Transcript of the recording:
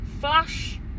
Flash